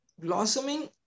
blossoming